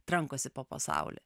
trankosi po pasaulį